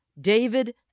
David